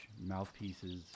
mouthpieces